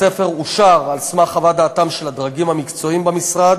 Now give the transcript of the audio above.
הספר אושר על סמך חוות דעתם של הדרגים המקצועיים במשרד